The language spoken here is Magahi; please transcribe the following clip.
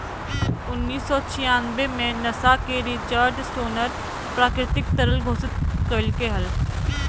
उन्नीस सौ छियानबे में नासा के रिचर्ड स्टोनर प्राकृतिक तरल घोषित कइलके हल